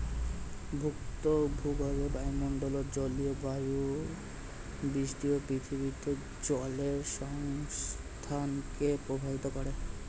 ভূত্বক, ভূগর্ভ, বায়ুমন্ডল ও জলবায়ু বৃষ্টি ও পৃথিবীতে জলের সংস্থানকে প্রভাবিত করে